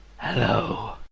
Hello